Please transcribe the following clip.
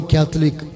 Catholic